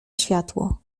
światło